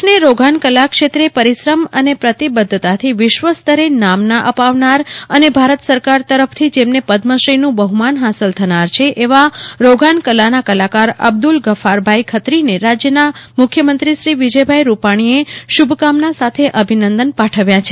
કચ્છને રોગાનકલા ક્ષેત્રે પરિશ્રમ અને પ્રતિબદ્વતાથી વિશ્વસ્તરે નામના અપાવનારા અને ભારત સરકાર તરફથી જેમને પદ્મશ્રીનું બફમાન હાંસલ થનાર છે એવા રોગાનકલાના કલાકાર અબ્દલ ગફારભાઈ ખત્રીને રાજયના મુખ્યમંત્રી શ્રી વિજયભાઈ રૂપાણીએ શુભકામના સાથે અભિનંદન પાઠવ્યાં છે